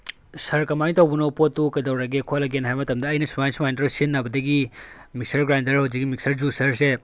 ꯁꯥꯔ ꯀꯃꯥꯏꯅ ꯇꯧꯕꯅꯣ ꯄꯣꯠꯇꯨ ꯀꯩꯗꯧꯔꯒꯦ ꯈꯣꯠꯂꯒꯦꯅ ꯍꯥꯏꯕ ꯃꯇꯝꯗ ꯑꯩꯅ ꯁꯨꯃꯥꯏ ꯁꯧꯃꯥꯏꯅ ꯇꯧꯔꯒ ꯁꯤꯖꯤꯟꯅꯕꯗꯒꯤ ꯃꯤꯛꯆꯔ ꯒ꯭ꯔꯥꯏꯟꯗꯔ ꯍꯧꯖꯤꯛꯀꯤ ꯃꯤꯛꯆꯔ ꯖꯨꯁꯔꯁꯦ